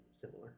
similar